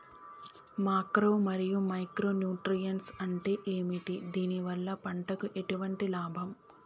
Macro మరియు micro nutrients అంటే ఏమిటి? దీనివల్ల పంటకు ఎటువంటి లాభం?